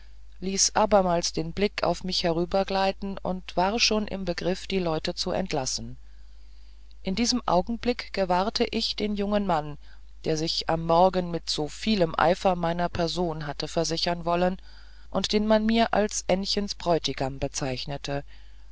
ließ abermals den blick auf mich herübergleiten und war schon im begriff die leute zu entlassen in diesem augenblick gewahrte ich den jungen mann der sich am morgen mit so vielem eifer meiner person hatte versichern wollen und den man mir als ännchens bräutigam bezeichnet